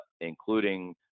including